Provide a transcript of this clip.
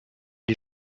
die